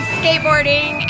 skateboarding